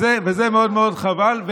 וזה מאוד מאוד חבל.